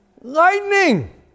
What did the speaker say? Lightning